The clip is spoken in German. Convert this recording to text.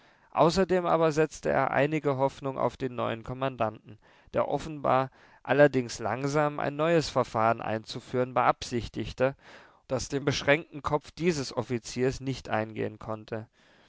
außerdem aber setzte er einige hoffnung auf den neuen kommandanten der offenbar allerdings langsam ein neues verfahren einzuführen beabsichtigte das dem beschränkten kopf dieses offiziers nicht eingehen konnte